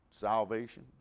salvation